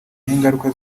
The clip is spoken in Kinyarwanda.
n’ingaruka